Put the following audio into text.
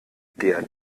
der